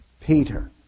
Peter